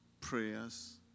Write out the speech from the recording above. prayers